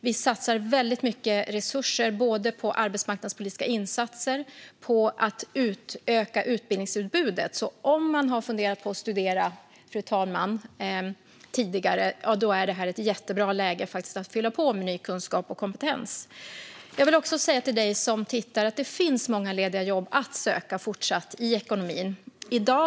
Vi satsar väldigt mycket resurser både på arbetsmarknadspolitiska insatser och på att utöka utbildningsutbudet. Om man tidigare har funderat på att studera, fru talman, är det här ett jättebra läge att fylla på med ny kunskap och kompetens. Jag vill också säga till dig som lyssnar att det fortsatt finns många lediga jobb att söka i ekonomin.